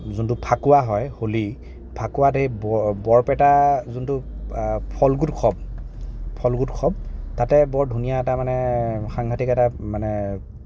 যোনটো ফাকুৱা হয় হোলি ফাকুৱাত সেই বৰপেটা যোনটো ফল্গোৎসৱ ফল্গোৎৱস তাতে বৰ ধুনীয়া এটা মানে সাংঘাটিক এটা মানে